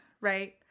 right